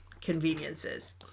conveniences